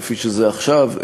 כפי שזה עכשיו,